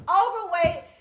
overweight